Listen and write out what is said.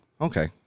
Okay